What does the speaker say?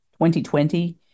2020